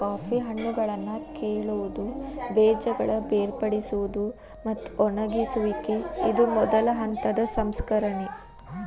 coffee ಹಣ್ಣುಗಳನ್ನಾ ಕೇಳುವುದು, ಬೇಜಗಳ ಬೇರ್ಪಡಿಸುವುದು, ಮತ್ತ ಒಣಗಿಸುವಿಕೆ ಇದು ಮೊದಲ ಹಂತದ ಸಂಸ್ಕರಣೆ